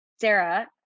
Sarah